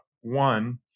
One